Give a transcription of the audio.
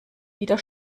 wieder